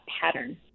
pattern